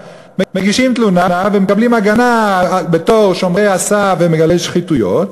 הם מגישים תלונה ומקבלים הגנה בתור שומרי הסף ומגלי שחיתויות,